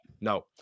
No